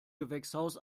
gewächshaus